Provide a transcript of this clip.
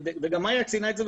וגם מאיה ציינה את זה,